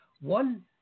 one